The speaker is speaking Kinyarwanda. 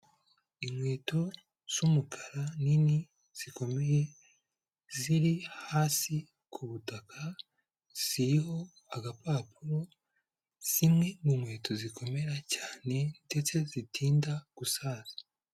Inkweto z'umukara nini zikomeye, ziri hasi kubutaka, ziriho agapapuro, zimwe mu nkweto zikomera cyane ndetse zitinda gusaza.